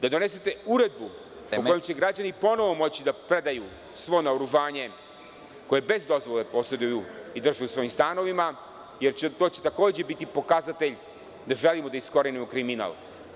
Da donesete uredbu… (Predsednik: Vreme.) …po kojoj će građani ponovo moći da predaju svo naoružanje koje bez dozvole poseduju i drže u svojim stanovima, jer će to takođe biti pokazatelj da želimo da iskorenimo kriminal.